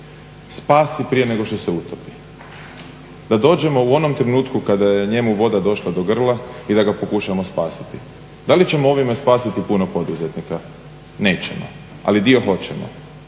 spasi prije nego što se utopi, da dođemo u onom trenutku kada je njemu voda došla do grla i da ga pokušamo spasiti. Da li ćemo ovime spasiti puno poduzetnika? Nećemo, ali dio hoćemo.